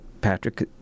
Patrick